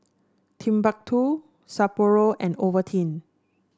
Timbuk two Sapporo and Ovaltine